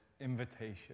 invitation